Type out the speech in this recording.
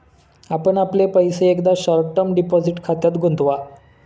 आपण आपले पैसे एकदा शॉर्ट टर्म डिपॉझिट खात्यात गुंतवा